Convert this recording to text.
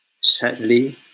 Sadly